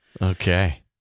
Okay